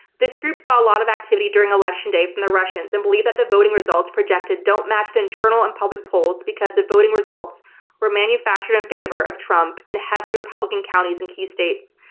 this group saw a lot of activity during election day from the russians and believe that the voting results projected don't match the internal and public polls because the voting results were manufactured in favor of trump in heavilyrepublican counties in key states,